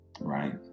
right